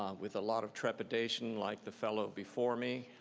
um with a lot of trepidation, like the fellow before me.